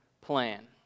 plan